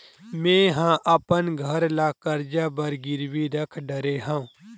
मेहा अपन घर ला कर्जा बर गिरवी रख डरे हव